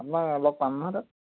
আপোনাক লগ পাম নহয় তাত